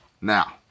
Now